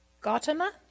Gautama